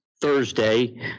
thursday